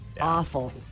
Awful